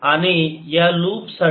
आणि या लुप साठी चला इक्वेशन लिहूयात